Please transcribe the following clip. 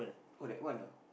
oh that one ah